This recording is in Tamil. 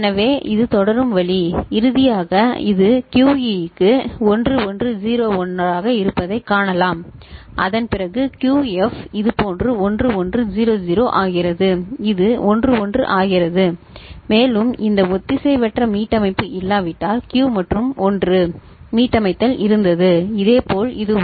எனவே இது தொடரும் வழி இறுதியாக இது QE க்கு 1101 ஆக இருப்பதைக் காணலாம் அதன் பிறகு QF இதுபோன்று 1100 ஆகிறது இது 1 1 ஆகிறது மேலும் இந்த ஒத்திசைவற்ற மீட்டமைப்பு இல்லாவிட்டால் 0 மற்றும் 1 மீட்டமைத்தல் இருந்தது இதேபோல் இதுவும்